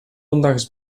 zondags